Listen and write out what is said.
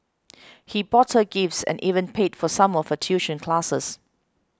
he bought her gifts and even paid for some of her tuition classes